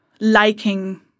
liking